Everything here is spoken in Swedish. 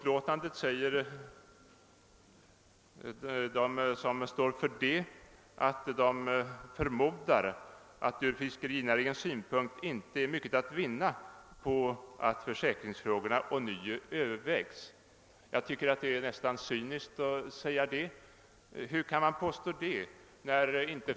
De som står för utskottsutlåtandet säger att de förmodar att inte mycket är att vinna från fiskerinäringens synpunkt på att försäkringsfrågorna ånyo övervägs. Det är nästan cyniskt att påstå detta.